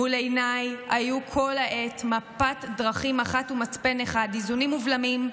"מול עיניי היו כל העת מפת דרכים אחת ומצפן אחד: איזונים ובלמים,